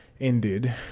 ended